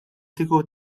kieku